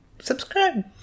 Subscribe